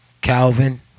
Calvin